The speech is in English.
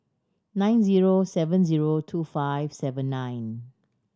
nine zero seven zero two five seven nine